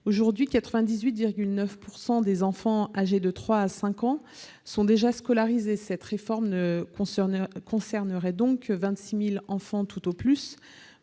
Aujourd'hui, 98,9 % des enfants âgés de 3 à 5 ans sont déjà scolarisés. Cette réforme ne concernerait donc que 26 000 enfants tout au plus.